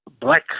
black